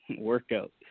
workout